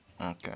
Okay